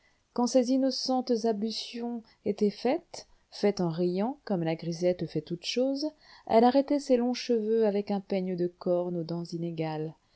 quand ses innocentes ablutions étaient faites faites en riant comme la grisette fait toutes choses elle arrêtait ses longs cheveux avec un peigne de corne aux dents inégales